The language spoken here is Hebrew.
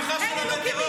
התמיכה שלה בטרור,